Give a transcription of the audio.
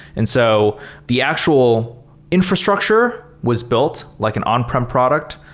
and so the actual infrastructure was built like an on-prem product,